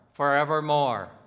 Forevermore